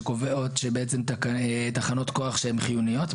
שקובעות כי תחנות כוח שהן חיוניות,